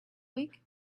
week